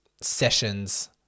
sessions